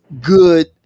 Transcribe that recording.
good